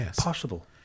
Possible